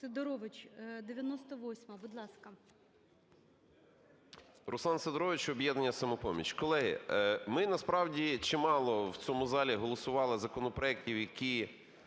Руслан Сидорович, об'єднання "Самопоміч". Колеги, ми насправді чимало в цьому залі голосували законопроектів, які